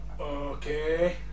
Okay